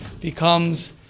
becomes